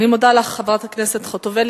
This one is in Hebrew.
אני מודה לך, חברת הכנסת חוטובלי.